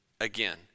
again